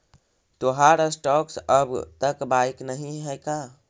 तोहार स्टॉक्स अब तक बाइक नही हैं का